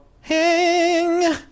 hang